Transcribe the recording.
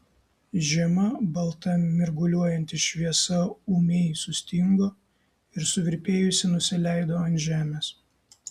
žema balta mirguliuojanti šviesa ūmiai sustingo ir suvirpėjusi nusileido ant žemės